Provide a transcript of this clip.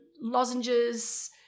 lozenges